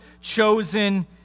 chosen